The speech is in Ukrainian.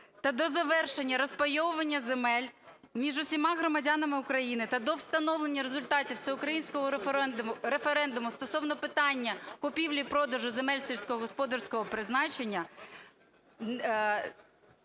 та до завершення розпайовування земель між усіма громадянами України, та до встановлення результатів всеукраїнського референдуму стосовно питання купівлі-продажу земель сільськогосподарського призначення